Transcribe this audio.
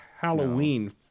Halloween